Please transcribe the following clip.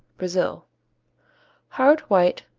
brazil hard, white,